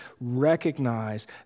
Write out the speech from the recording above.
recognize